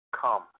come